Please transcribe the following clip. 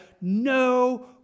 no